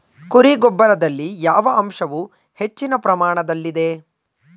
ಕುರಿ ಗೊಬ್ಬರದಲ್ಲಿ ಯಾವ ಅಂಶವು ಹೆಚ್ಚಿನ ಪ್ರಮಾಣದಲ್ಲಿದೆ?